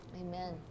Amen